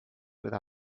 with